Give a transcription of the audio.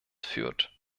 führt